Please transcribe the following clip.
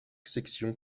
sections